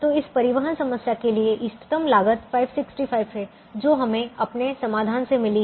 तो इस परिवहन समस्या के लिए इष्टतम लागत 565 है जो हमें अपने समाधान से मिली है